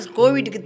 covid